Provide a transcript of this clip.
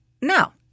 no